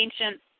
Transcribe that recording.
ancient